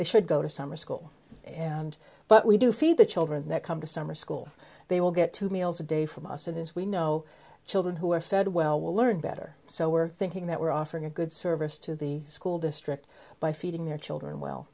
the should go to summer school and but we do feed the children that come to summer school they will get two meals a day from us and as we know children who are fed well will learn better so we're thinking that we're offering a good service to the school district by feeding their children well